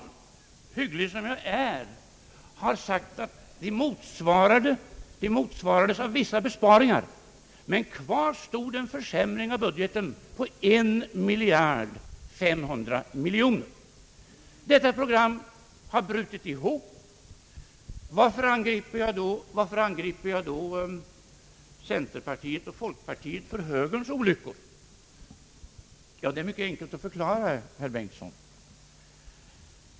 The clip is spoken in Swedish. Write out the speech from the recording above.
Hygglig som jag är har jag sagt att de motsvarades av vissa besparingar, men kvar står en försämring av budgeten på 1500 miljoner kronor. Detta program har brutit ihop. Varför angriper jag då centerpartiet och folkpartiet för högerns olyckor? Det är mycket enkelt att förklara, herr Bengtson.